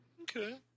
Okay